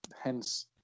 hence